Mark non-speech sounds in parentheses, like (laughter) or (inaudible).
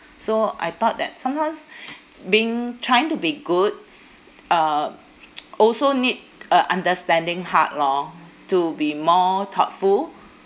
so I thought that sometimes (breath) being trying to be good uh (noise) also need a understanding heart lor to be more thoughtful